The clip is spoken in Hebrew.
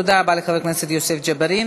תודה רבה לחבר הכנסת יוסף ג'בארין.